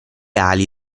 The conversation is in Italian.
ali